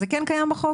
אז זה כן קיים בחוק?